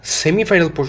semi-final